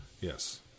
Yes